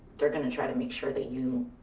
they're gonna try to make sure that you.